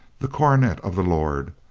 the cornet of the lord.